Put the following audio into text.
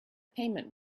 payment